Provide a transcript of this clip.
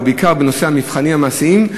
ובעיקר בנושא המבחנים המעשיים,